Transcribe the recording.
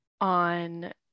on